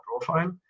profile